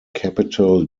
capital